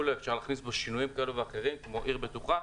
אפשר להכניס בו שינויים כאלה ואחרים כמו עיר בטוחה,